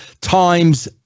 times